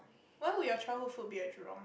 why would your childhood food be at Jurong